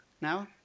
now